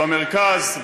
במרכז,